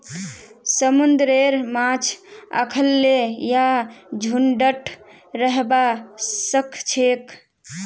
समुंदरेर माछ अखल्लै या झुंडत रहबा सखछेक